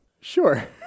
Sure